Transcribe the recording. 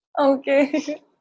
Okay